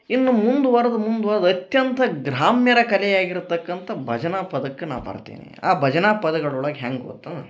ಇನ್ನು ಮುಂದ್ವರೆದು ಮುಂದ್ವರೆದು ಅತ್ಯಂತ ಗ್ರಾಮ್ಯರ ಕಲೆ ಆಗಿರ್ತಕ್ಕಂಥ ಭಜನ ಪದಕ್ಕ ನಾ ಬರ್ತೀವಿ ಆ ಭಜನ ಪದಗಳೊಳಗೆ ಹೆಂಗೆ ಗೊತ್ತಾ